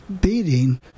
beating